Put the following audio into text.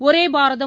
ஒரே பாரதம்